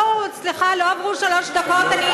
לא, לא, סליחה, לא עברו שלוש דקות.